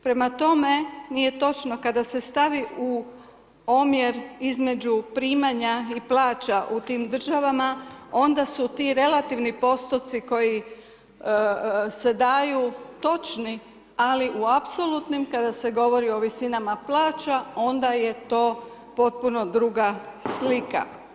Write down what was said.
Prema tome, nije točno kada se stavi u omjer između primanja i plaća u tim državama onda su ti relativni postotci koji se daju točni, ali u apsolutnim kada se govori o visinama plaća, onda je to potpuno druga slika.